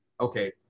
okay